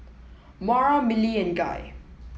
Moira Milly and Guy